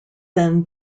then